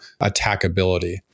attackability